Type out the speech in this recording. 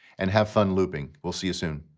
and have fun looping. we'll see you soon.